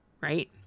right